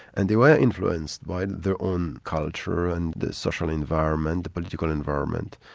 and they were influenced by their own culture and the social environment, the political environment.